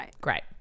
great